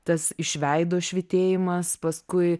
tas iš veido švytėjimas paskui